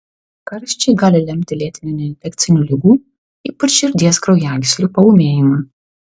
karščiai gali lemti lėtinių neinfekcinių ligų ypač širdies kraujagyslių paūmėjimą